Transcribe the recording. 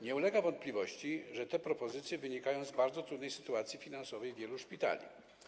Nie ulega wątpliwości, że te propozycje wynikają z bardzo trudnej sytuacji finansowej wielu szpitali.